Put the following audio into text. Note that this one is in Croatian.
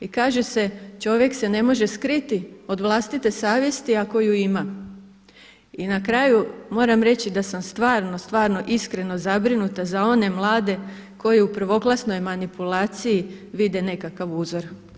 I kaže se „Čovjek se ne može skriti od vlastite savjesti ako ju ima.“ I na kraju moram reći da sam stvarno, stvarno iskreno zabrinuta za one mlade koji u prvoklasnoj manipulaciji vide nekakav uzor.